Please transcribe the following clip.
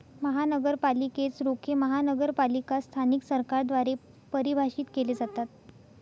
महानगरपालिकेच रोखे महानगरपालिका स्थानिक सरकारद्वारे परिभाषित केले जातात